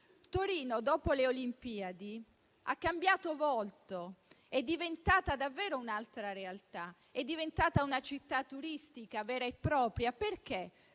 Torino dopo le Olimpiadi ha cambiato volto, è diventata davvero un'altra realtà, una città turistica vera e propria, perché